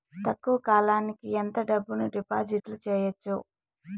తక్కువ కాలానికి ఎంత డబ్బును డిపాజిట్లు చేయొచ్చు?